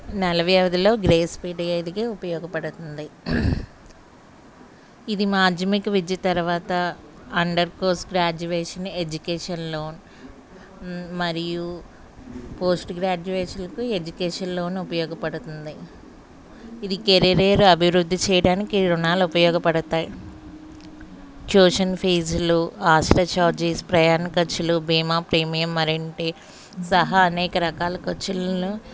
నెల వ్యవధిలో గ్రేస్పిరియడ్గా ఉపయోగపడుతుంది ఇది మాధ్యమిక విద్య తర్వాత under course graduation education loan మరియు పోస్ట్ గ్రాడ్యుయేషన్కు ఎడ్యుకేషన్ లోను ఉపయోగపడుతుంది ఇది కెరీరియర్ అభివృద్ధి చేయడానికి రుణాలు ఉపయోగపడతాయి ట్యూషన్ ఫీజులు హాస్టల్ చార్జస్ ప్రయాణ ఖర్చులు బీమా ప్రీమియం మరిన్ని సహా అనేక రకాల ఖర్చులను